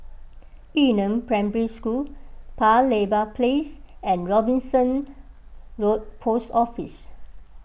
Yu Neng Primary School Paya Lebar Place and Robinson Road Post Office